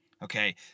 Okay